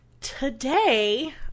Today